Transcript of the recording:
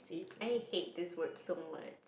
I hate this word so much